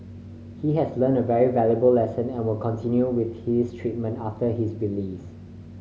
he has learnt a very valuable lesson and will continue with his treatment after his release